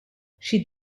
she